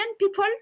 people